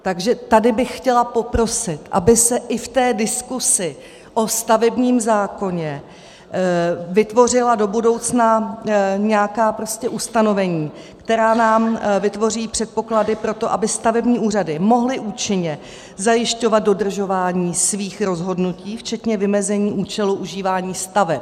Takže tady bych chtěla poprosit, aby se i v té diskusi o stavebním zákoně vytvořila do budoucna nějaká ustanovení, která nám vytvoří předpoklady pro to, aby stavební úřady mohly účinně zajišťovat dodržování svých rozhodnutí včetně vymezení účelu užívání staveb.